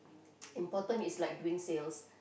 important is like doing sales